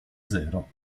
zero